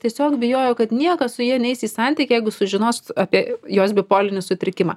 tiesiog bijojo kad niekas su ja neis į santykį jeigu sužinos apie jos bipolinį sutrikimą